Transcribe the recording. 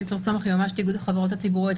אני יועצת משפטית של איגוד החברות הציבוריות.